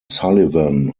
sullivan